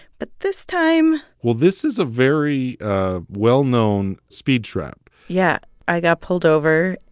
but this time. well, this is a very well-known speed trap yeah. i got pulled over,